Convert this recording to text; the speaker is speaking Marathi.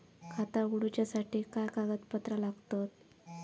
खाता उगडूच्यासाठी काय कागदपत्रा लागतत?